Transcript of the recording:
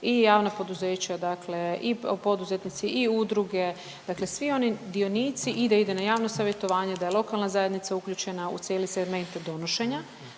i javna poduzeća dakle i poduzetnici i udruge, dakle svi oni dionici i da ide na javno savjetovanje da je lokalna zajednica uključena u cijeli segment donošenja.